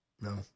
No